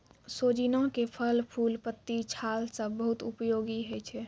सोजीना के फल, फूल, पत्ती, छाल सब बहुत उपयोगी होय छै